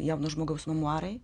jauno žmogaus memuarai